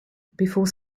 before